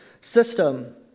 system